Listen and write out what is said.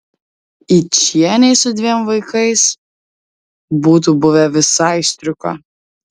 yčienei su dviem vaikais būtų buvę visai striuka